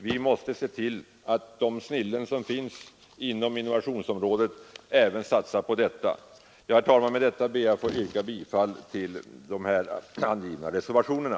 Vi måste se till att de snillen som finns inom varuinnovationsområdet även satsar på detta. Herr talman! Med detta ber jag att få yrka bifall till de här angivna reservationerna.